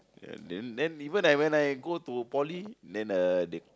then then even I when I go to poly then uh the